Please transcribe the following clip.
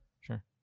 sure